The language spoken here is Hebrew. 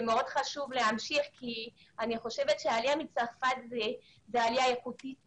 מאוד חשוב להמשיך כי אני חושבת שהעלייה מצרפת היא עלייה איכותית מאוד,